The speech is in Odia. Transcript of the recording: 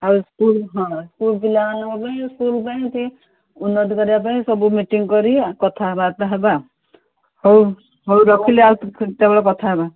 ଆଉ ସ୍କୁଲ ହଁ ସ୍କୁଲ ପିଲାମାନଙ୍କ ପାଇଁ ସ୍କୁଲ ପାଇଁ ଏମିତି ଉନ୍ନତି କରିବା ପାଇଁ ସବୁ ମିଟିଂ କରି କଥାବାର୍ତ୍ତା ହେବା ହଉ ହଉ ରଖିଲି ଆଉ କେତେବେଳେ କଥା ହେବା